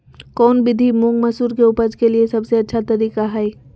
कौन विधि मुंग, मसूर के उपज के लिए सबसे अच्छा तरीका है?